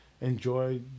enjoy